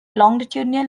longitudinal